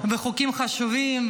חוקים חשובים,